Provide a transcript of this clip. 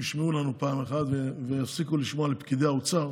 ישמעו לנו פעם אחת ויפסיקו לשמוע לפקידי האוצר